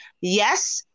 Yes